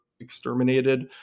exterminated